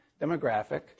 demographic